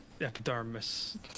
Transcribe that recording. epidermis